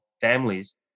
families